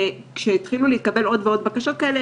כשהתחילו להתקבל עוד ועוד בקשות כאלה,